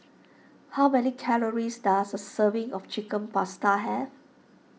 how many calories does a serving of Chicken Pasta have